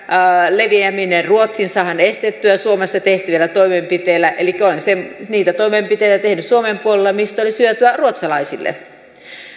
leviäminen ruotsiin saadaan estettyä suomessa tehtävillä toimenpiteillä elikkä on niitä toimenpiteitä tehty suomen puolella mistä olisi hyötyä ruotsalaisille